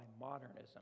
modernism